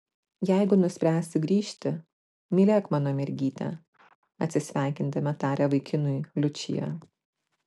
jeigu nuspręsi grįžti mylėk mano mergytę atsisveikindama taria vaikinui liučija